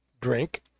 drink